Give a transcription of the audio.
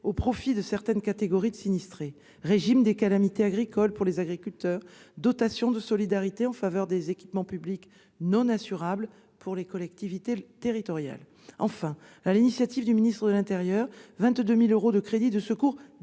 au profit de certaines catégories de sinistrés, tels que le régime des calamités agricoles pour les agriculteurs ou la dotation de solidarité en faveur des équipements publics non assurables pour les collectivités territoriales. Enfin, sur l'initiative du ministre de l'intérieur, 22 000 euros de crédits de secours